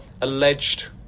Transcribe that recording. alleged